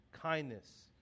kindness